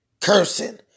Cursing